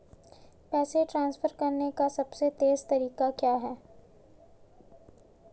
पैसे ट्रांसफर करने का सबसे तेज़ तरीका क्या है?